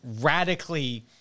radically